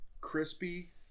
Crispy